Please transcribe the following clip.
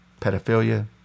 pedophilia